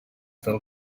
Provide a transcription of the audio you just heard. del